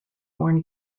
worn